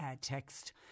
text